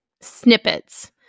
snippets